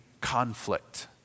conflict